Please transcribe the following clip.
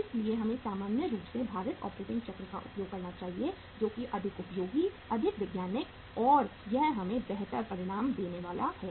इसलिए हमें सामान्य रूप से भारित ऑपरेटिंग चक्र का उपयोग करना चाहिए जो अधिक उपयोगी अधिक वैज्ञानिक है और यह हमें बेहतर परिणाम देने वाला है